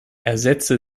ersetze